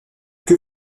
que